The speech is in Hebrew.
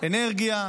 אנרגיה,